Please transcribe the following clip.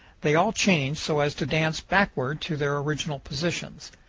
they all change so as to dance backward to their original positions.